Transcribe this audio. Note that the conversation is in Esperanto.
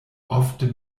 ofte